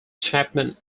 chapman